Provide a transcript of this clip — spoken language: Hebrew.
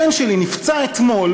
הבן שלי נפצע אתמול